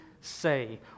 say